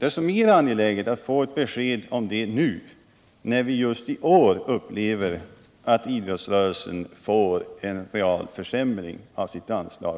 är så mycket mer angeläget att få ett sådant besked nu, när vi just i år upplever att idrottsrörelsen får en realvärdeförsämring av sitt anslag.